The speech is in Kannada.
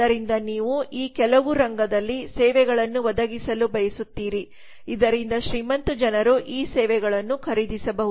ಆದ್ದರಿಂದ 2447 ನೀವು ಈ ಕೆಲವು ರಂಗದಲ್ಲಿ ಸೇವೆಗಳನ್ನು ಒದಗಿಸಲು ಬಯಸುತ್ತೀರಿ ಇದರಿಂದ ಶ್ರೀಮಂತ ಜನರು ಈ ಸೇವೆಗಳನ್ನು ಖರೀದಿಸಬಹುದು